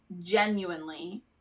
genuinely